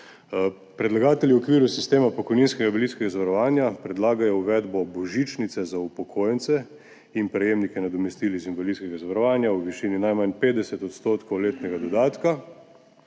Predlagatelji v okviru sistema pokojninskega in invalidskega zavarovanja predlagajo uvedbo božičnice za upokojence in prejemnike nadomestil iz invalidskega zavarovanja v višini najmanj 50 % letnega dodatka,